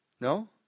No